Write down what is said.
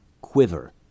Quiver